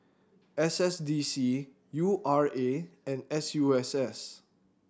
S S D C U R A and S U S S